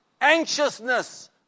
anxiousness